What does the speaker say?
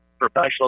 professional